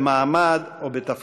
במעמד או בתפקיד.